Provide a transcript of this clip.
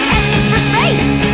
for space!